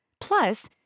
Plus